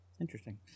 Interesting